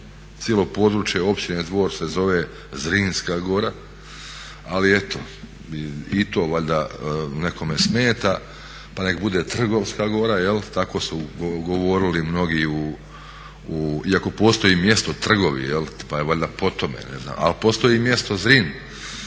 cijelo područje općine Dvor se zove Zrinska gora ali eto i to valjda nekome smeta pa nek bude Trgovska gora, tako su govorili mnogi, iako postoji mjesto Trgovi pa je valjda po tome, ali postoji mjesto Zrin